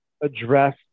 address